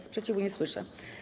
Sprzeciwu nie słyszę.